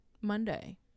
Monday